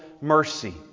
mercy